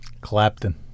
Clapton